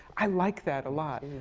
i like that a lot,